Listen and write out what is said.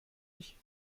ich